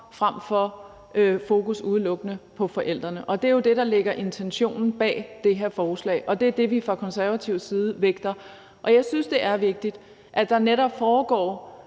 frem for udelukkende et fokus på forældrene. Det er jo det, der er intentionen bag det her forslag, og det er ikke det, vi er fra Konservatives side vægter. Jeg synes, det er vigtigt, at der netop foregår